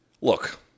Look